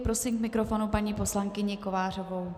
Prosím k mikrofonu paní poslankyni Kovářovou.